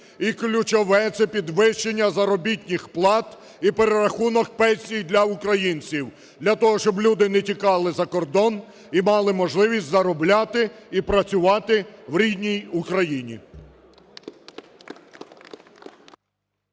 і ключове – це підвищення заробітних плат і перерахунок пенсій для українців для того, щоб люди не тікали за кордон і мали можливість заробляти і працювати в рідній Україні.